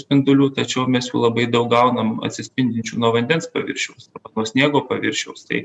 spindulių tačiau mes jų labai daug gaunam atsispindinčių nuo vandens paviršiaus nuo sniego paviršiaus tai